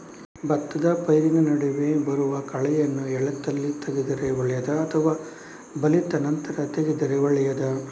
ಭತ್ತದ ಪೈರಿನ ನಡುವೆ ಬರುವ ಕಳೆಯನ್ನು ಎಳತ್ತಲ್ಲಿ ತೆಗೆದರೆ ಒಳ್ಳೆಯದಾ ಅಥವಾ ಬಲಿತ ನಂತರ ತೆಗೆದರೆ ಒಳ್ಳೆಯದಾ?